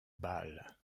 bâle